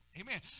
Amen